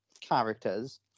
characters